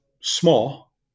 small